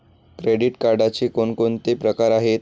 Credit कार्डचे कोणकोणते प्रकार आहेत?